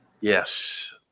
Yes